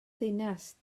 ddinas